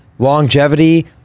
longevity